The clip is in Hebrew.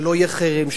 שלא יהיה חרם,